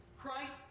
Christ